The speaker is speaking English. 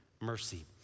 mercy